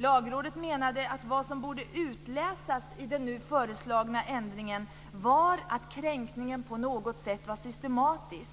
Lagrådet menade att vad som borde utläsas i den nu föreslagna ändringen var att kränkningen på något sätt var systematisk.